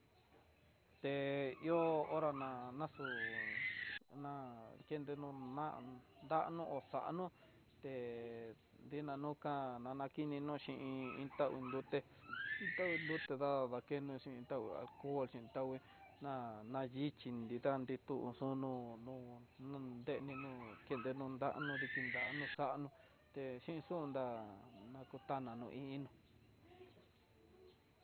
Te ihó hora na naxu na kendo na, ndano o xanó, te dina nuká nanakino xhin, in taó duté nguataó duxhi dakeno xhin tangua a ko xhin tangué, na nanyixhi nikan dituú, xono no dené no'ó kendenó danó diki ndano xanó té xhin xundá no ko tana no iin inó.